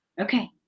Okay